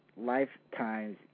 lifetimes